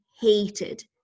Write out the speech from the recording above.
hated